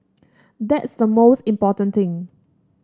that's the most important thing